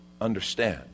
understand